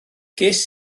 gest